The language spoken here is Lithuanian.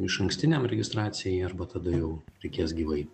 išankstiniam registracijai arba tada jau reikės gyvai